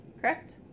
correct